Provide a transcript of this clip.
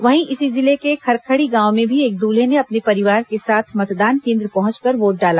वहीं इसी जिले के खरखड़ी गांव में भी एक दूल्हे ने अपने परिवार के साथ मतदान केंद्र पहुंचकर वोट डाला